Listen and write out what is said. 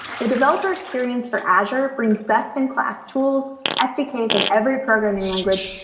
the developer experience for azure brings best in class tools, sdks in every programming language,